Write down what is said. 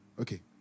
okay